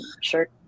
sure